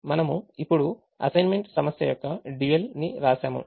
కాబట్టి మనము ఇప్పుడు అసైన్మెంట్ సమస్య యొక్క dual ని వ్రాసాము